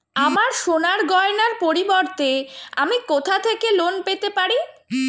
আমার সোনার গয়নার পরিবর্তে আমি কোথা থেকে লোন পেতে পারি?